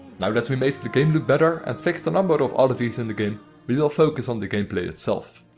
now that we made the game look better and fixed a number of oddities in the game we will focus on the gameplay itself.